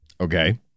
Okay